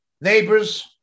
neighbors